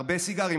הרבה סיגרים,